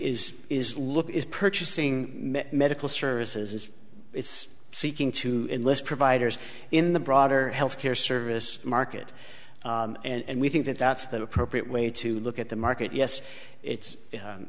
is is look is purchasing medical services it's seeking to list providers in the broader health care service market and we think that that's the appropriate way to look at the market yes